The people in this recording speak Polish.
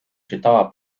czytała